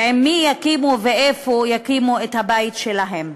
ועם מי יקימו ואיפה יקימו את הבית שלהם.